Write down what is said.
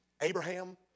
Abraham